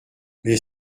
mais